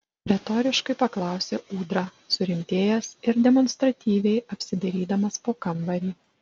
retoriškai paklausė ūdra surimtėjęs ir demonstratyviai apsidairydamas po kambarį